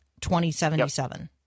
2077